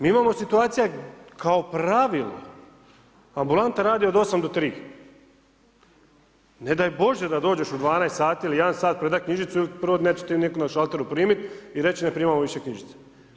Mi imamo situacija kao pravilo, ambulanta radi od osam do tri, ne daj Bože da dođeš u 12 sati ili 1 sat da predaš knjižicu, prvo neće te nitko na šalteru primit i reć ne primamo više knjižicu.